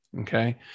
Okay